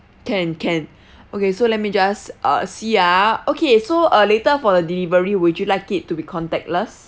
can can okay so let me just uh see ah okay so uh later for the delivery would you like it to be contactless